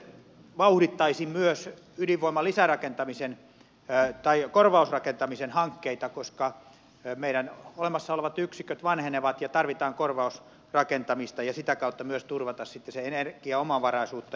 itse vauhdittaisin myös ydinvoiman korvausrakentamisen hankkeita koska meidän olemassa olevat yksiköt vanhenevat ja tarvitaan korvausrakentamista ja sitä kautta myös turvataan sitten sitä energiaomavaraisuutta